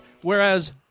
whereas